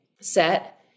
set